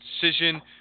decision